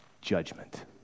judgment